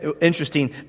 interesting